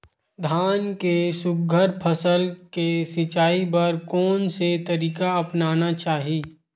धान के सुघ्घर फसल के सिचाई बर कोन से तरीका अपनाना चाहि?